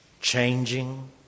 changing